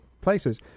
places